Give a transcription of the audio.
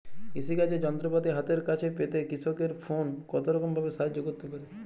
কৃষিকাজের যন্ত্রপাতি হাতের কাছে পেতে কৃষকের ফোন কত রকম ভাবে সাহায্য করতে পারে?